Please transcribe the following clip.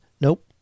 Nope